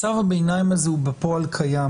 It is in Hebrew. מצב הביניים הזה הוא בפועל קיים.